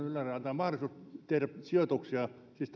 ylärajaan saakka tehdä sijoituksia siis